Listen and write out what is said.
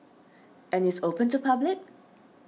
and it's open to public